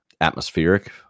atmospheric